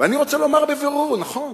ואני רוצה לומר בבירור: נכון.